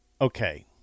okay